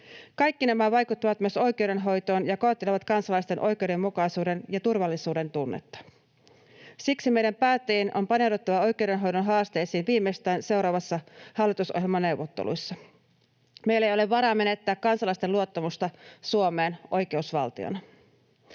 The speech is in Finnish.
Kaikki nämä vaikuttavat myös oikeudenhoitoon ja koettelevat kansalaisten oikeudenmukaisuuden ja turvallisuuden tunnetta. Siksi meidän päättäjien on paneuduttava oikeudenhoidon haasteisiin viimeistään seuraavissa hallitusohjelmaneuvotteluissa. Meillä ei ole varaa menettää kansalaisten luottamusta Suomeen oikeusvaltiona.